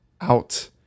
out